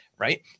right